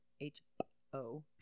H-O